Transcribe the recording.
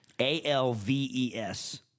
A-L-V-E-S